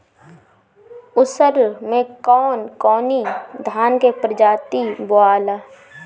उसर मै कवन कवनि धान के प्रजाति बोआला?